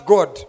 God